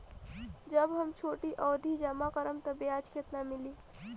जब हम छोटी अवधि जमा करम त ब्याज केतना मिली?